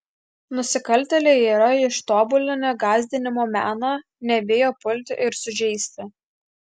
nusikaltėliai yra ištobulinę gąsdinimo meną nebijo pulti ir sužeisti